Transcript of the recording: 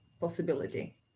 possibility